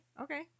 Okay